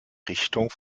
richtung